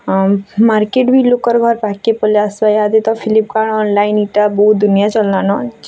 market ବି ଲୋକର ଘର୍ ପାଖ୍କେ ପଲେଇ ଆସ୍ବା ଇହାଦେ ତ ଫ୍ଲିପକାର୍ଟ ଅନ୍ଲାଇନ୍ ଇଟା ବହୁତ ଦୁନିଆ ଚାଲ୍ଲାନ ଯେନ୍ତା କି